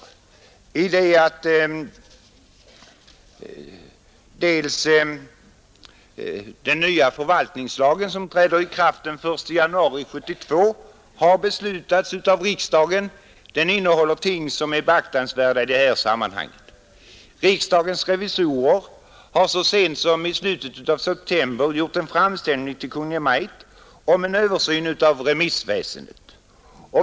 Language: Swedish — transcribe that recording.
Den nya förvaltningslagen, som träder i 10 november 1971 kraft den 1 januari 1972, har beslutats av riksdagen. Den innehåller ting — som är beaktansvärda i de här sammanhangen. Riksdagens revisorer har så Det statliga remisssent som i slutet av september gjort en framställning till Kungl. Maj:t om väsendet en översyn av remissväsendet.